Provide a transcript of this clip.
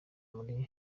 muri